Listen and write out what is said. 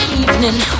evening